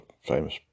famous